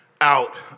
out